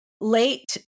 late